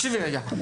תקשיבי רגע,